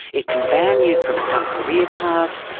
it can ban you from some career paths,